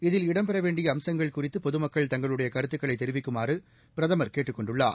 இதில் இடம்பெற வேண்டிய அம்சங்கள் குறித்து பொதுமக்கள் தங்களுடைய கருத்துக்களை தெரிவிக்குமாறு பிரதமர் கேட்டுக் கொண்டுள்ளார்